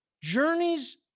Journeys